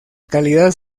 calidad